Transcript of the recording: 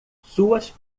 suas